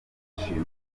ibyishimo